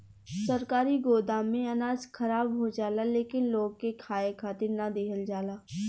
सरकारी गोदाम में अनाज खराब हो जाला लेकिन लोग के खाए खातिर ना दिहल जाला